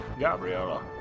Gabriella